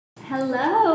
Hello